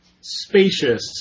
spacious